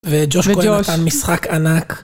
וג'וש כהן נתן משחק ענק.